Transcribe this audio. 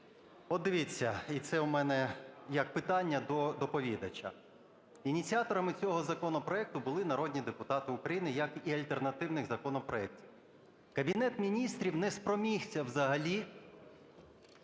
От дивіться, і це в мене як питання до доповідача. Ініціаторами цього законопроекту були народні депутати України, як і альтернативних законопроектів. Кабінет Міністрів не спромігся взагалі